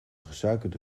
gesuikerde